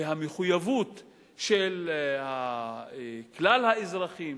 והמחויבות של כלל האזרחים,